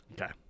Okay